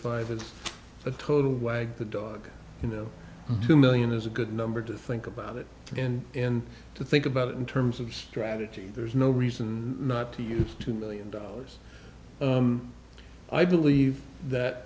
five it's a total wag the dog you know two million is a good number to think about it again and to think about it in terms of strategy there's no reason not to use two million dollars i believe that